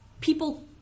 people